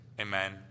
Amen